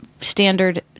Standard